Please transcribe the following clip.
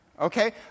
Okay